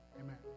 Amen